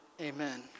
Amen